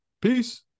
Peace